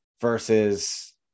versus